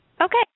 Okay